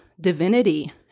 divinity